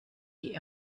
die